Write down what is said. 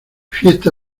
fiesta